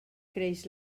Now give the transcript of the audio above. creix